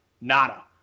Nada